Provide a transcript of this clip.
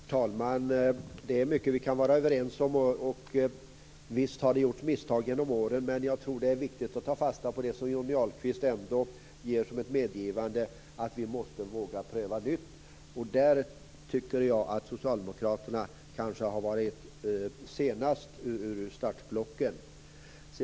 Herr talman! Det är mycket vi kan vara överens om, och visst har det gjorts misstag genom åren. Men jag tror att det är viktigt att ta fasta på det som Johnny Ahlqvist ändå medger, att vi måste våga pröva nytt. Där tycker jag att socialdemokraterna kanske har varit sena ur startblocken.